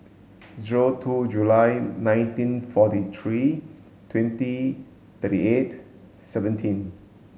zero two July nineteen forty three twenty thirty eight seventeen